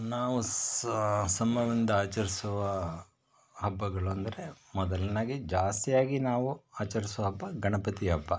ನಾವು ಸ ಸಮ್ಮವಿಂದ ಆಚರಿಸುವ ಹಬ್ಬಗಳು ಅಂದರೆ ಮೊದಲಾಗಿ ಜಾಸ್ತಿ ಆಗಿ ನಾವು ಆಚರಿಸುವ ಹಬ್ಬ ಗಣಪತಿ ಹಬ್ಬ